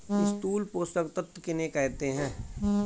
स्थूल पोषक तत्व किन्हें कहते हैं?